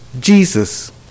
Jesus